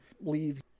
leave